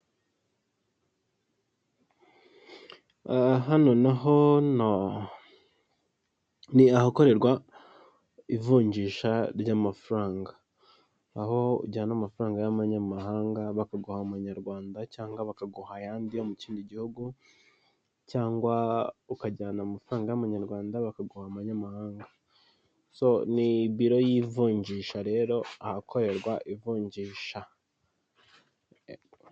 Hano naho ni ahakorerwa ivunjisha ry'amafaranga, aho ujyana amafaranga y'amanyamahanga, bakaguha umanyarwanda, cyangwa bakaguha ayandi mu kindi gihugu, cyangwa ukajyana amafaranga y'amanyarwanda bakaguha amanyamahanga, so ni biro y'ivunjisha rero ahakorerwa ivunjisha.